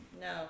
no